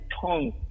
tongue